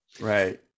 Right